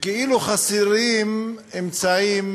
וכאילו חסרים אמצעים